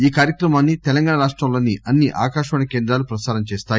ఈ కార్యక్రమాన్ని తెలంగాణ రాష్టంలోని అన్ని ఆకాశవాణి కేంద్రాలు ప్రసారం చేస్తాయి